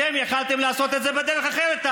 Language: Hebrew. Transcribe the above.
אתם יכולתם לעשות את זה בדרך אחרת,